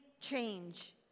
change